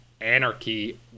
anarchy